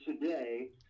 today